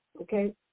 okay